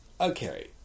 okay